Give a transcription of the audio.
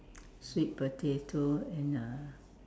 sweet potato and uh